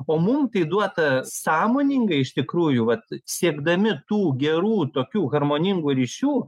o mum tai duota sąmoningai iš tikrųjų vat siekdami tų gerų tokių harmoningų ryšių